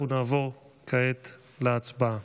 אנחנו נעבור כעת להצבעה.